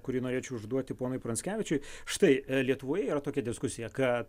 kurį norėčiau užduoti ponui pranckevičiui štai lietuvoje yra tokia diskusija ką